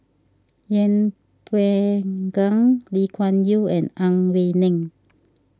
Yeng Pway Ngon Lee Kuan Yew and Ang Wei Neng